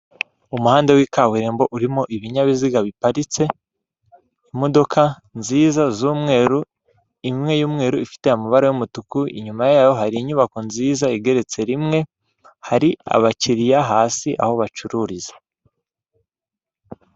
Umuhanda w'ikaburimbo urimo ibinyabiziga biparitse, imodoka nziza z'umweru, imwe y'umweru ifite amabara y'umutuku, inyuma yayo hari inyubako nziza igeretse rimwe, hari abakiriya hasi aho bacururiza.